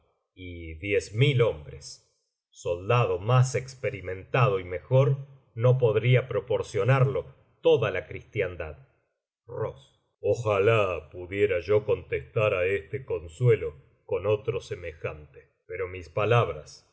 y diez mil hombres soldado más experimentado y mejor no podría proporcionarlo toda la cristiandad ross ojalá pudiera yo contestar á este consuelo con otro semejante pero mis palabras